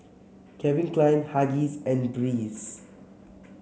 Calvin Klein Huggies and Breeze